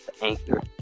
Anchor